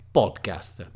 podcast